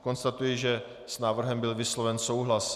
Konstatuji, že s návrhem byl vysloven souhlas.